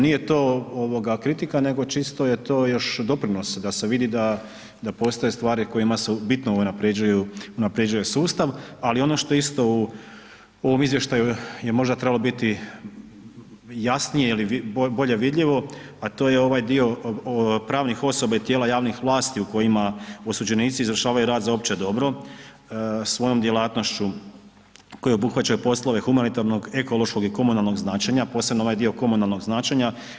Nije to kritika nego čisto je to još doprinos da se vidi da postoje stvari kojima se bitno unaprjeđuje sustav ali ono što je isto u ovom izvještaju je možda trebalo biti jasnije ili bolje vidljivo a to je ovaj dio pravnih osoba i tijela javnih vlasti u kojima osuđenici izvršavaju rad za opće dobro, svojom djelatnošću koja obuhvaća i poslove humanitarnog, ekološkog i komunalnog značenja, posebno ovaj dio komunalnog značenja.